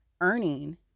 earning